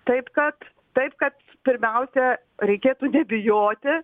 taip kad taip kad pirmiausia reikėtų nebijoti